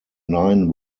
nine